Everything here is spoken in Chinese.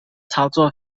操作